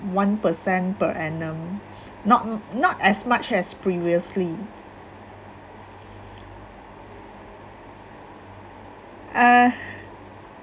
one percent per annum not m~ not as much as previously uh